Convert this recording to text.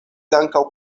ankaŭ